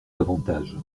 davantage